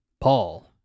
Paul